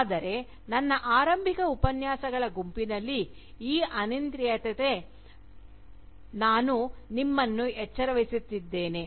ಆದರೆ ನನ್ನ ಆರಂಭಿಕ ಉಪನ್ಯಾಸಗಳ ಗುಂಪಿನಲ್ಲಿ ಈ ಅನಿಯಂತ್ರಿತತೆಗೆ ನಾನು ನಿಮ್ಮನ್ನು ಎಚ್ಚರಿಸಿದ್ದೇನೆ